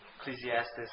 Ecclesiastes